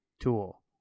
tool